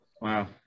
wow